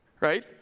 right